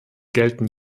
geltend